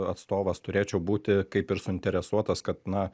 atstovas turėčiau būti kaip ir suinteresuotas kad na